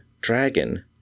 dragon